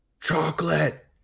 Chocolate